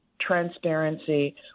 transparency